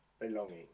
belonging